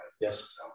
Yes